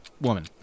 woman